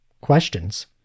questions